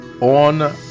on